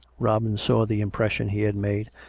robin saw the impression he had made,